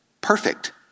Perfect